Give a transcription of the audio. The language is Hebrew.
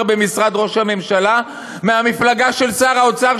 במשרד ראש הממשלה מהמפלגה של שר האוצר,